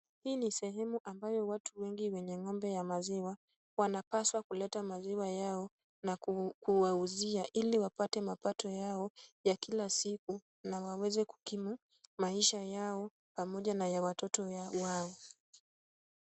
Hii ni sehemu ambayo watu wengi wenye ng'ombe ya maziwa wanapaswa kuleta maziwa yao na kuwauzia ili wapate mapato yao ya kila siku na waweze kukimu maisha yao pamoja na ya watoto wao.